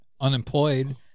unemployed